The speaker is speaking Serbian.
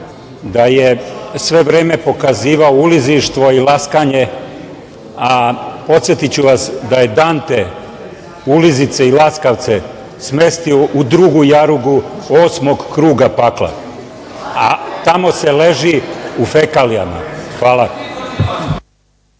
da je sve vreme pokazivao ulizištvo i laskanje a podsetiću vas da je Dante ulizice i laskavce, smestio u drugu jarugu osmog kruga pakla. A tamo se leži u fekalijama. Hvala.